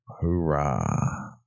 hoorah